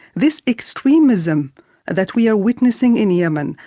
this extremism that we are witnessing in yemen,